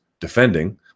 defending